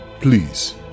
Please